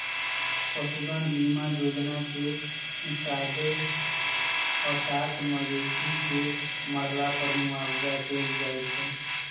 पशु धन बीमा जोजना के हिसाबे हटात मवेशी के मरला पर मुआवजा देल जाइ छइ